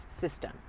system